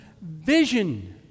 vision